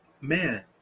Man